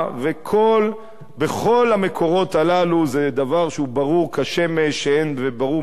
ובכל המקורות הללו זה דבר שהוא ברור כשמש וברור מעל